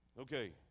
Okay